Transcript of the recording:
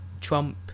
Trump